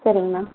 சரிங்க மேம்